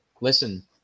listen